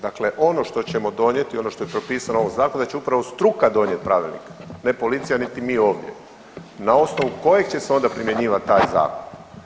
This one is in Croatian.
Dakle, ono što ćemo donijeti, ono što je propisano u ovom zakonu, da će upravo struka donijeti pravilnik ne policija, niti mi ovdje na osnovu kojeg će se onda primjenjivati taj zakon.